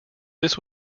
this